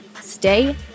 stay